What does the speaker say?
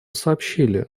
сообщили